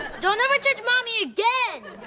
don't ever touch mommy again!